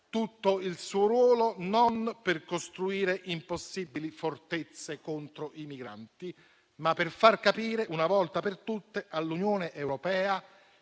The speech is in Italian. tutto il suo peso non per costruire impossibili fortezze contro i migranti, ma per far capire una volta per tutte all'Unione europea